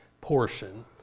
portion